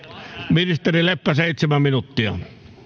ministeri leppä seitsemän minuuttia